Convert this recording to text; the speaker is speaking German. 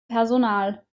personal